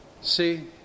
see